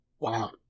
Wow